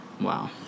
Wow